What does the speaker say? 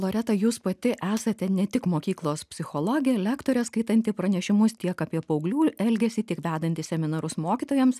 loreta jūs pati esate ne tik mokyklos psichologė lektorė skaitanti pranešimus tiek apie paauglių elgesį tiek vedanti seminarus mokytojams